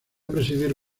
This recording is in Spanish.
presidir